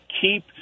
keep